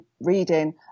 reading